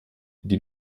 die